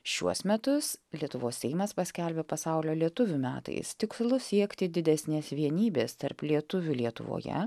šiuos metus lietuvos seimas paskelbė pasaulio lietuvių metais tikslu siekti didesnės vienybės tarp lietuvių lietuvoje